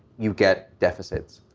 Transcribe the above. you get deficits.